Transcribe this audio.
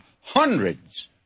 hundreds